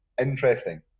interesting